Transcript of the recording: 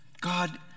God